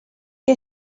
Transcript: que